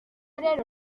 rero